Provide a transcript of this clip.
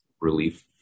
relief